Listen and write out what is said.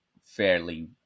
fairly